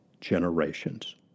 generations